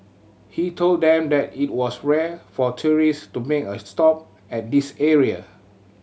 he told them that it was rare for tourist to make a stop at this area